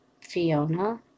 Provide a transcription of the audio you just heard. Fiona